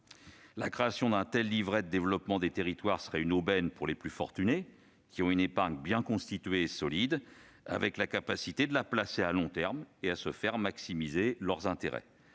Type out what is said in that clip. La création d'un tel livret de développement des territoires serait une aubaine pour les plus fortunés qui disposent d'une épargne bien constituée et solide, et qui, de ce fait, sont en capacité de la placer à long terme et de maximiser leurs intérêts.